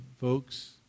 folks